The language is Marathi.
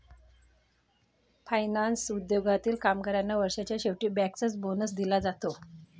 फायनान्स उद्योगातील कामगारांना वर्षाच्या शेवटी बँकर्स बोनस दिला जाते